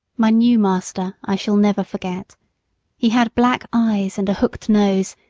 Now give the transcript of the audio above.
my new master i shall never forget he had black eyes and a hooked nose,